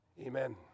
Amen